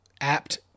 apt